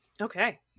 Okay